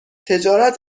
تجارت